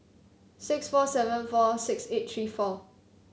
six four seven four seven eight three four